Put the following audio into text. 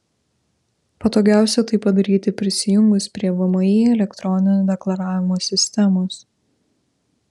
patogiausia tai padaryti prisijungus prie vmi elektroninio deklaravimo sistemos